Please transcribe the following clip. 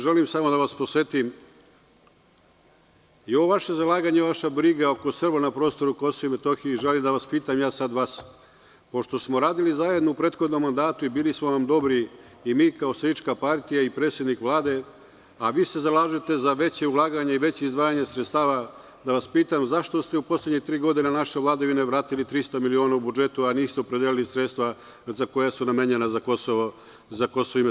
Želim samo da vas podsetim, ovo vaše zalaganje i vaša briga oko Srba na prostoru KiM, i želim da vas pitam, pošto smo radili zajedno u prethodnom mandatu i bili smo vam dobri, mi kao SPS i predsednik Vlade, a vi se zalažete za veće ulaganje i veće izdvajanje sredstava, da vas pitam – zašto ste u poslednje tri godine naše vladavine vratili 300 miliona u budžet, a niste opredelili sredstva koja su namenjena za KiM?